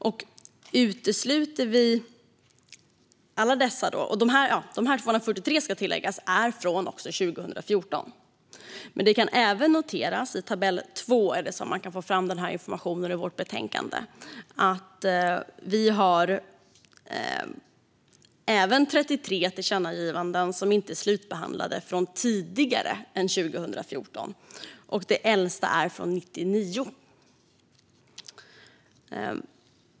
Det kan i tabell 2 i betänkandet noteras att 33 tillkännagivanden från tidigare än 2014 inte är slutbehandlade. Det äldsta är från 1999.